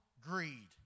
greed